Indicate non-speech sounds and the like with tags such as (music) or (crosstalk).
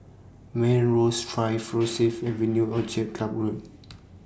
Melrose Drive (noise) Rosyth Avenue Orchid Club Road